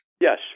Yes